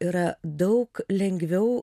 yra daug lengviau